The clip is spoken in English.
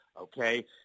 okay